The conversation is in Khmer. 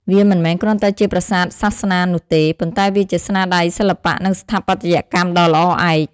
វាមិនមែនគ្រាន់តែជាប្រាសាទសាសនានោះទេ ប៉ុន្តែវាជាស្នាដៃសិល្បៈ និងស្ថាបត្យកម្មដ៏ល្អឯក។